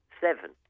Seven